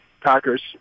Packers